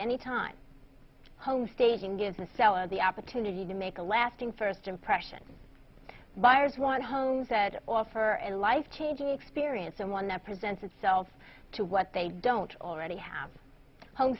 any time home staging gives the seller the opportunity to make a lasting first impression buyers want homes that offer a life changing experience and one that presents itself to what they don't already have a home